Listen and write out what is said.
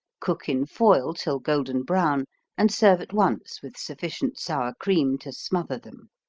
cook in foil till golden-brown and serve at once with sufficient sour cream to smother them.